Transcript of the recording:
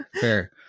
fair